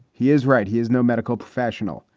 he is right. he is no medical professional.